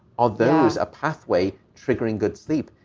are those a pathway triggering good sleep?